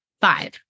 Five